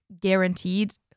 guaranteed